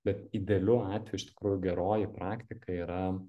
bet idealiu atveju iš tikrųjų geroji praktika yra